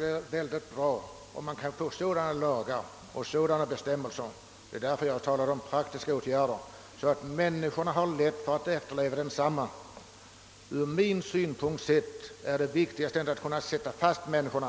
Det vore bra om vi kunde få sådana lagar och bestämmelser — det är därför jag talar om praktiska åtgärder — att människorna har lätt för att efterleva dem. Det viktigaste är inte att sätta fast människor;